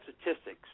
statistics